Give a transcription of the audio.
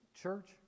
Church